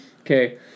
Okay